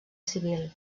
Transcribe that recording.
civil